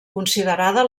considerada